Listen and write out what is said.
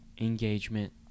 engagement